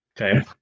Okay